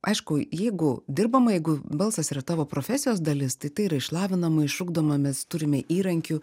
aišku jeigu dirbama jeigu balsas yra tavo profesijos dalis tai tai yra išlavinama išugdoma mes turime įrankių